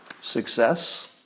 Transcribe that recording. success